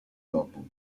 dopo